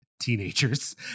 teenagers